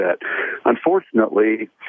Unfortunately